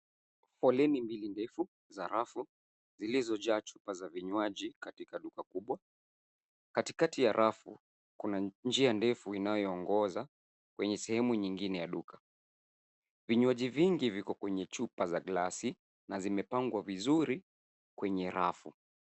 Foleni mbili ndefu za rafu zilizojaa chupa za vinywaji katika duka kubwa. Katikati a rafu kuna njia ndefu inayoongoza kwenye sehemu nyingine ya duka. Vinywaji vingi viko kwenye chupa za glass na zimepangwa vizuri kwenye rafu.